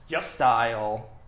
style